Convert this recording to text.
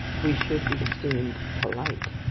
we should be esteemed polite.